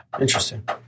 Interesting